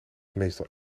meestal